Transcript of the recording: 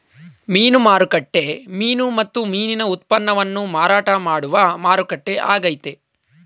ಮೀನು ಮಾರುಕಟ್ಟೆ ಮೀನು ಮತ್ತು ಮೀನಿನ ಉತ್ಪನ್ನವನ್ನು ಮಾರಾಟ ಮಾಡುವ ಮಾರುಕಟ್ಟೆ ಆಗೈತೆ